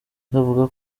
akavuga